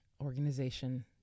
organization